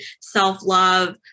self-love